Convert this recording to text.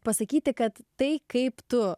pasakyti kad tai kaip tu